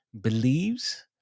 believes